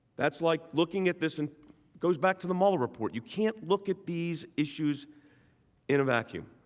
that's like looking at this and goes back to the mueller report you can look at these issues in a vacuum.